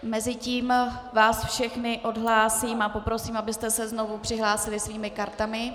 Mezitím vás všechny odhlásím a poprosím, abyste se znovu přihlásili svými kartami.